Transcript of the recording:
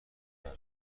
داره